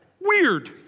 weird